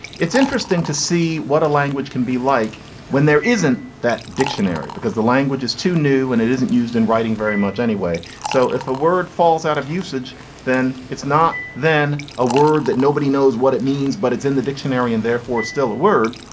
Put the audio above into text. it's interesting to see what a language can be like when there isn't that dictionary because the language is too new and it isn't used in writing very much anyway. so if a word falls usage then it's not then a word that nobody knows what it means but it's in the dictionary and therefore still a word.